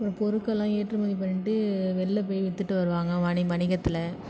பொருட்கள்லாம் ஏற்றுமதி பண்ணிட்டு வெளில போயி விற்றுட்டு வருவாங்க வணி வணிகத்தில்